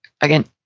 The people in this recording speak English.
again